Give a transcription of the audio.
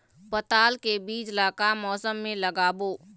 पताल के बीज ला का मौसम मे लगाबो?